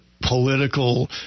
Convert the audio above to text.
political